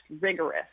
rigorous